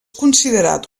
considerat